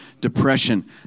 depression